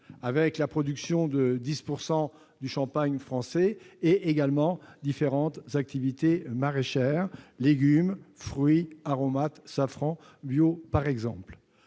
avec la production de 10 % du champagne français, ainsi que différentes activités maraîchères : légumes, fruits, aromates, safran bio ... Ces